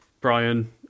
Brian